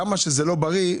כמה שזה לא בריא,